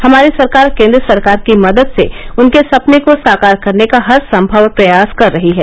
हमारी सरकार केन्द्र सरकार की मदद से उनके सपनों को साकार करने का हर सम्भव प्रयास कर रही है